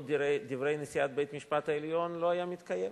דברי נשיאת בית-המשפט העליון לא היה מתקיים,